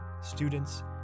students